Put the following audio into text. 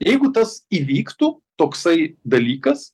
jeigu tas įvyktų toksai dalykas